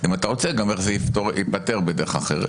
אם אתה רוצה גם איך זה ייפתר בדרך אחרת.